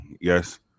Yes